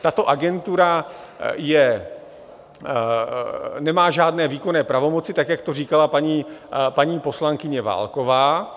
Tato agentura nemá žádné výkonné pravomoci, tak jak to říkala paní poslankyně Válková.